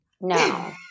No